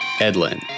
Edlin